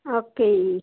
okay ਜੀ